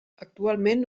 actualment